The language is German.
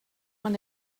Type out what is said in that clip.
man